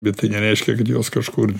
bet tai nereiškia kad jos kažkur